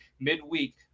Midweek